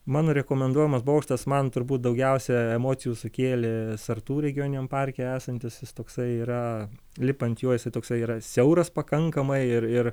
mano rekomenduojamas bokštas man turbūt daugiausia emocijų sukėlė sartų regioniniam parke esantis jis toksai yra lipant juo jisai toksai yra siauras pakankamai ir ir